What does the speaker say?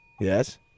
Yes